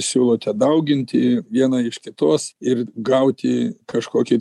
siūlote dauginti vieną iš kitos ir gauti kažkokį